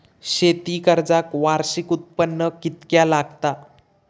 शेती कर्जाक वार्षिक उत्पन्न कितक्या लागता?